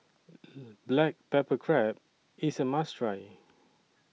Black Pepper Crab IS A must Try